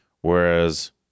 whereas